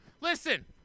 Listen